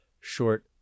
short